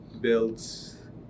builds